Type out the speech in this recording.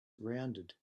rounded